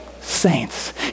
Saints